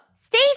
stay